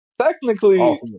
Technically